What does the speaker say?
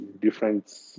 different